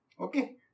Okay